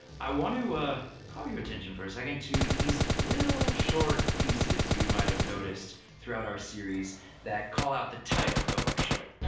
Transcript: i want to call your attention for a second to these little short pieces you might have noticed throughout our series that call out the title of our show.